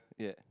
yeah